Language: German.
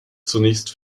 zunächst